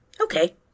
Okay